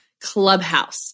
clubhouse